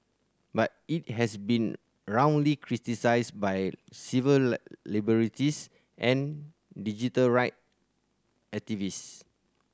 but it has been roundly criticised by civil liberties and digital right activists